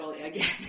again